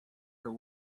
her